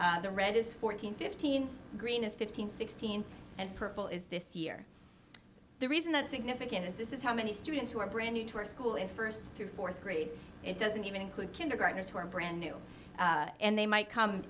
the red is fourteen fifteen green is fifteen sixteen and purple is this year the reason that significant is this is how many students who are brand new to our school in first through fourth grade it doesn't even include kindergartners who are brand new and they might come